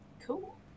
cool